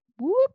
whoop